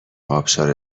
ابشار